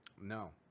no